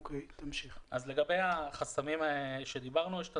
לגבי החסמים שדיברנו עליהם.